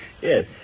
Yes